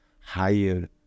higher